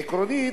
עקרונית,